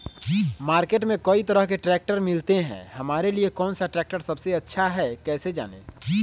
Market में कई तरह के ट्रैक्टर मिलते हैं हमारे लिए कौन सा ट्रैक्टर सबसे अच्छा है कैसे जाने?